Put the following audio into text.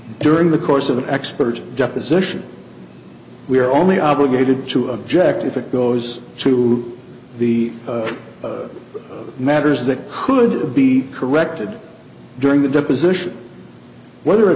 during the course of the expert deposition we are only obligated to object if it goes to the matters that could be corrected during the deposition whether a